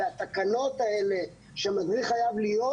והתקנות האלה שמדריך חייב להיות,